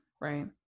Right